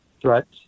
threats